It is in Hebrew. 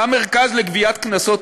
המרכז לגביית קנסות,